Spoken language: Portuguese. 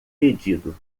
pedido